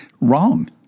wrong